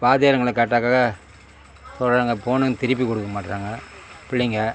வாத்தியாருங்களை கேட்டாக்க சொல்கிறாங்க ஃபோனும் திருப்பி கொடுக்க மாட்டேறாங்க பிள்ளைங்க